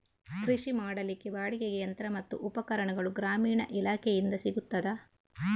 ಕೃಷಿ ಮಾಡಲಿಕ್ಕೆ ಬಾಡಿಗೆಗೆ ಯಂತ್ರ ಮತ್ತು ಉಪಕರಣಗಳು ಗ್ರಾಮೀಣ ಇಲಾಖೆಯಿಂದ ಸಿಗುತ್ತದಾ?